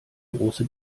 große